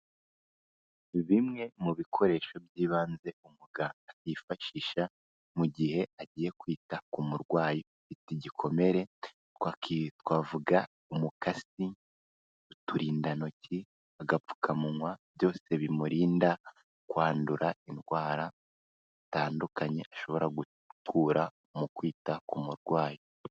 Bimwe mu bikoresho by'ibanze umuganga yifashisha mu gihe agiye kwita ku murwayi ufite igikomere. Twavuga umukasi, uturindantoki, agapfukamunwa. Byose bimurinda kwandura indwara zitandukanye ashobora gukura mu kwita ku murwayi.